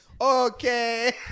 Okay